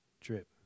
drip